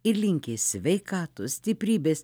ir linki sveikatos stiprybės